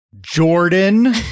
Jordan